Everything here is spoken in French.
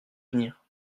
venir